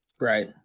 Right